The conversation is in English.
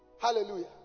Hallelujah